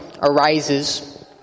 arises